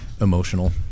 emotional